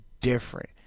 different